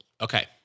Okay